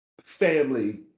family